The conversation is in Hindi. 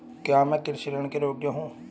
क्या मैं कृषि ऋण के योग्य हूँ?